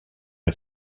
are